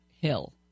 Hill